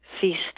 feast